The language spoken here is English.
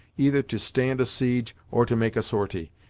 either to stand a siege, or to make a sortie,